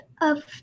of-